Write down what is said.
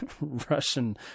Russian